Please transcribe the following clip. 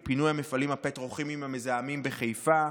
הוא פינוי המפעלים הפטרוכימיים המזהמים בחיפה.